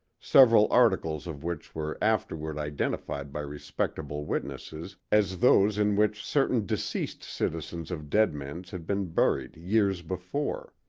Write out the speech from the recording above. several articles of which were afterward identified by respectable witnesses as those in which certain deceased citizens of deadman's had been buried years before.